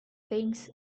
things